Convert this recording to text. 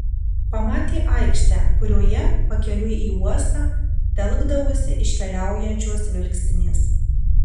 pamatė aikštę kurioje pakeliui į uostą telkdavosi iškeliaujančios vilkstinės